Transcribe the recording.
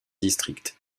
district